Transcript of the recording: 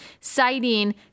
citing